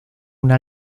una